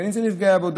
בין אם זה נפגעי עבודה,